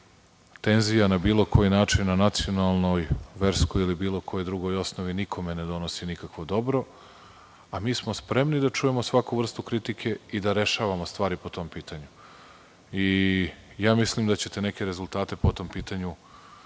penzija na bilo koji način, na nacionalnoj, verskoj ili bilo kojoj drugoj osnovi nikome ne donosi nikakvo dobro, a mi smo spremni da čujemo svaku vrstu kritike i da rešavamo stvari po tom pitanju. Mislim da će te neke rezultate po tom pitanju